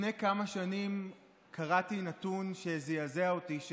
לפני כמה שנים קראתי נתון שזעזע אותי,